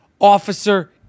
officer